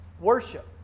Worship